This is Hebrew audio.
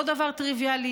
זה לא דבר טריוויאלי,